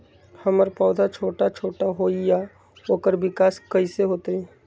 हमर पौधा छोटा छोटा होईया ओकर विकास कईसे होतई?